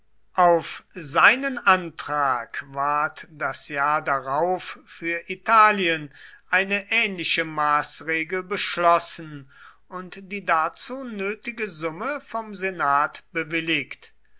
auf seinen antrag ward das jahr darauf für italien eine ähnliche maßregel beschlossen und die dazu nötige summe vom senat bewilligt